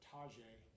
Tajay